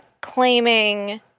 claiming